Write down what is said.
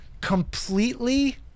completely